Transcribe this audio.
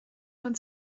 von